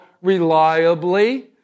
reliably